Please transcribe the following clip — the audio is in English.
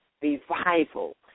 revival